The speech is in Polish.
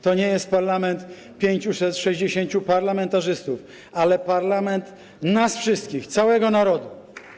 To nie jest parlament 560 parlamentarzystów, ale parlament nas wszystkich, całego narodu.